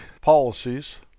policies